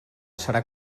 serà